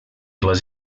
les